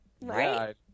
right